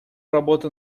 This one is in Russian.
работа